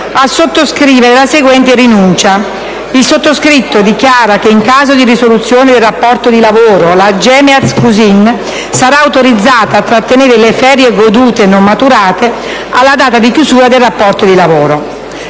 a sottoscrivere la seguente rinuncia: «Il sottoscritto (...) dichiara che in caso di risoluzione del rapporto di lavoro la Gemeaz Cusin sarà autorizzata a trattenere le ferie godute e non maturate alla data di chiusura del rapporto di lavoro».